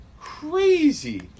crazy